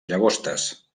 llagostes